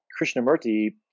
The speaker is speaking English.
Krishnamurti